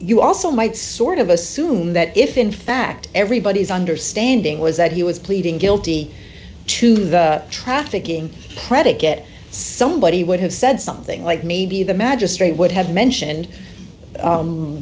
you also might sort of assume that if in fact everybody's understanding was that he was pleading guilty to the trafficking predicate somebody would have said something like maybe the magistrate would have mentioned